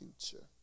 future